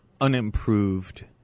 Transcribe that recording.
unimproved